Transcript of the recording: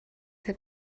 had